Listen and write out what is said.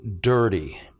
dirty